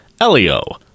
Elio